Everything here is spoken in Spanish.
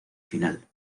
final